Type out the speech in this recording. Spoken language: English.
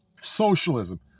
socialism